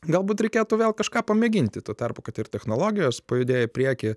galbūt reikėtų vėl kažką pamėginti tuo tarpu kad ir technologijos pajudėjo į priekį